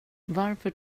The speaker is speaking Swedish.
varför